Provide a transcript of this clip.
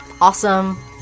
awesome